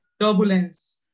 turbulence